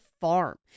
farm